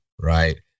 right